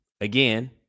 again